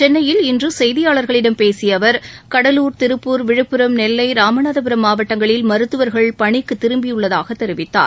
சென்னையில் இன்று செய்தியாளர்களிடம் பேசிய அவர் கடலூர் திருப்பூர் விழுப்புரம் நெல்லை ராமநாதபுரம் மாவட்டங்களில் மருத்துவர்கள் பணிக்கு திரும்பியுள்ளதாக தெரிவித்தார்